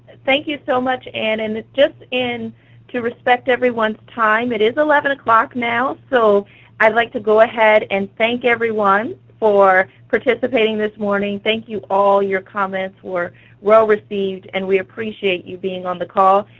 and thank you so much, anne, and it's just, to respect everyone's time, it is eleven o'clock now, so i'd like to go ahead and thank everyone for participating this morning. thank you all. your comments were well received, and we appreciate you being on the call.